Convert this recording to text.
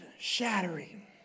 shattering